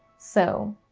so,